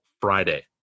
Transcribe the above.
Friday